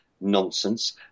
nonsense